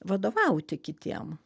vadovauti kitiem